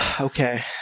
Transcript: Okay